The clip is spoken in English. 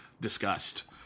discussed